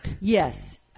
Yes